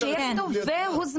אז שיהיה כתוב "והוזמן".